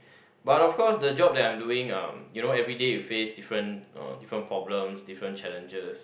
but of course the job that I'm doing uh you know everyday you face different uh different problems different challenges